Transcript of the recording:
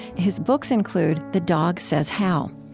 his books include the dog says how.